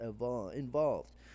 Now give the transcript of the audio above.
involved